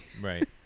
Right